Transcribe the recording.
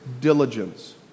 diligence